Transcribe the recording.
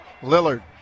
Lillard